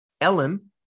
ellen